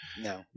No